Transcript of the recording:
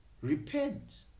repent